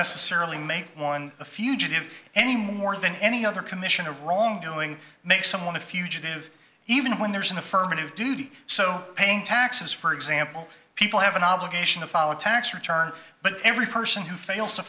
necessarily make one a fugitive any more than any other commission of wrongdoing makes someone a fugitive even when there's an affirmative duty so paying taxes for example people have an obligation to follow a tax return but every person who fails to